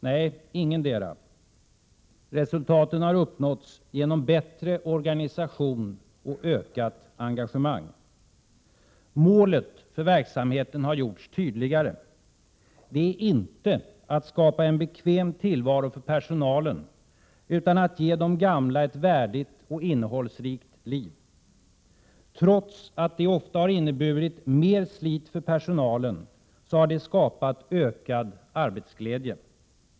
Nej, ingetdera. Resultaten har uppnåtts genom bättre organisation och ökat engagemang. Målet för verksamheten har gjorts tydligare. Det är inte att skapa en bekväm tillvaro för personalen utan att ge de gamla ett värdigt och innehållsrikt liv. Trots att detta ofta har inneburit mer slit för personalen, har det skapat ökad arbetsglädje.